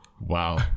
Wow